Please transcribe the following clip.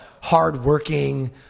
hardworking